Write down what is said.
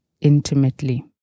intimately